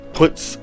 puts